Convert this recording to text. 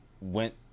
Went